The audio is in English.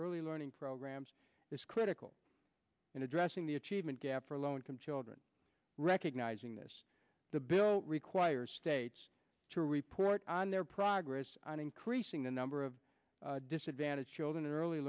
early learning programs is critical in addressing the achievement gap for low income children recognizing this the bill requires states to report on their progress on increasing the number of disadvantaged children in early